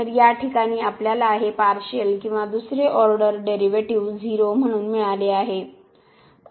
तर या ठिकाणी आपल्याला हे पार्शियल किंवा दुसरी ऑर्डर डेरिव्हेटिव्ह 0 म्हणून मिळाला आहे